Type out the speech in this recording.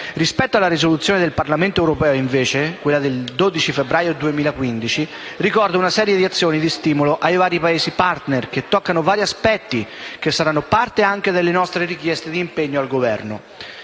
Rispetto alla risoluzione del Parlamento europeo del 12 febbraio 2015, ricordo una serie di azioni di stimolo ai Paesi *partner* che toccano vari aspetti che saranno parte anche delle nostre richieste di impegno al Governo: